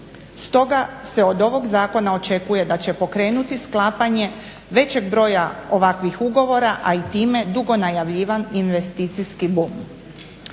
Stoga se od ovog zakona očekuje da će pokrenuti sklapanje većeg broja ovakvih ugovora, a i time dugo najavljivan investicijski bum.